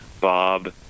Bob